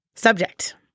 Subject